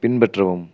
பின்பற்றவும்